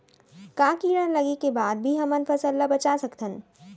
का कीड़ा लगे के बाद भी हमन फसल ल बचा सकथन?